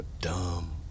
dumb